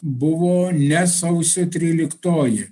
buvo ne sausio tryliktoji